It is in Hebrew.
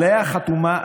שעליה חתומה,